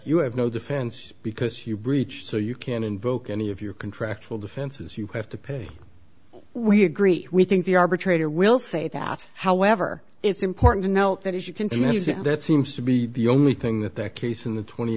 you have no defense because you breach so you can invoke any of your contractual sensis you have to pay we agree we think the arbitrator will say that however it's important to note that as you continue that seems to be the only thing that the case in the twenty